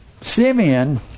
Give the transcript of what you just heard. Simeon